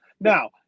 Now